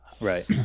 right